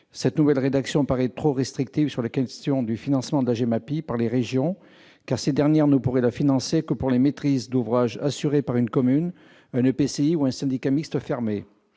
La nouvelle rédaction paraît trop restrictive sur la question du financement de la GEMAPI par les régions. Ces dernières pourraient la financer uniquement pour les maîtrises d'ouvrage assurées par une commune, un EPCI ou un syndicat mixte fermé.